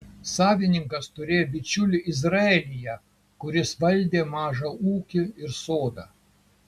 savininkas turėjo bičiulį izraelyje kuris valdė mažą ūkį ir sodą